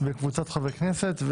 וקבוצת חברי כנסת,